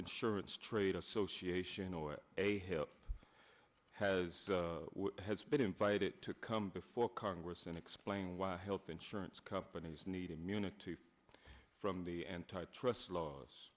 insurance trade association or a help has has been invited to come before congress and explain why health insurance companies need immunity from the antitrust laws